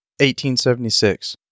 1876